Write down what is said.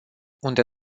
unde